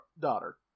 daughter